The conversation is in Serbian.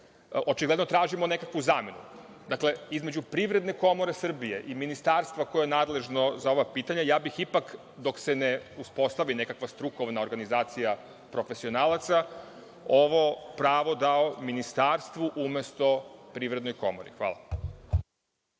očigledno tražimo nekakvu zamenu. Dakle, između Privredne komore Srbije i Ministarstva koje je nadležno za ova pitanja, ja bih ipak, dok se ne uspostavi nekakva strukovna organizacija profesionalaca, ovo pravo dalo Ministarstvu umesto Privrednoj komori. Hvala.